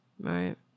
right